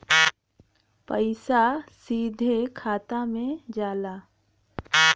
पइसा सीधे खाता में जाला